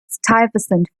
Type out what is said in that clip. stuyvesant